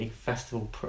festival